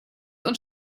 und